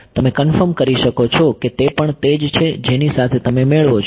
તમે કન્ફર્મ કરી શકો છો કે તે પણ તે જ છે જેની સાથે તમે મેળવો છો